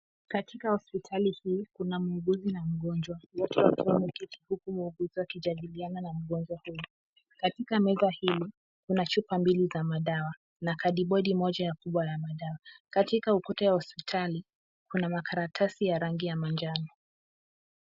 Katika hospitali hii, kuna muuguzi na mgonjwa, wote wakiwa wameketi huku wakijadiliana na mgonjwa huyu. Katika meza hili, kuna machupa mbili za dawa na kadibiodi kubwa ya madawa. Katika ukuta ya hospitali kuna makaratasi ya rangi ya manjano.